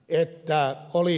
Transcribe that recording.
ei tää oli